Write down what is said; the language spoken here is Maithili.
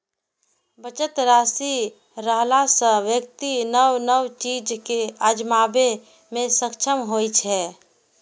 बचत राशि रहला सं व्यक्ति नव नव चीज कें आजमाबै मे सक्षम होइ छै